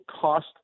cost